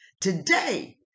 today